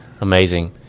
Amazing